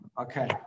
Okay